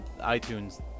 iTunes